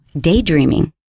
daydreaming